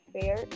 fair